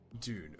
dude